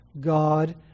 God